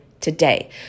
today